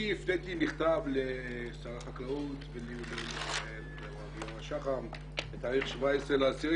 אני הפניתי מכתב לשר החקלאות ולמר גיורא שחם ב-17 באוקטובר